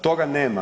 Toga nema.